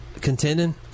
contending